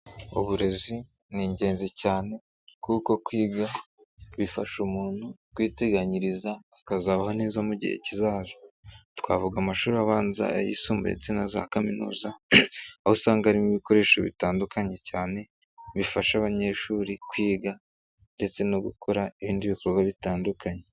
Uburezi ni ingenzi cyane kuko kwiga bifasha umuntu kwiteganyiriza akazabaho neza mu gihe kizaza, twavuga amashuri abanza, ayisumbuye ndetse na za kaminuza, aho usanga harimo ibikoresho bitandukanye cyane, bifasha abanyeshuri kwiga ndetse no gukora ibindi bikorwa bitandukanye.